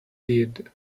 did